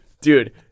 Dude